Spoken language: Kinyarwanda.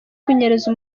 kunyereza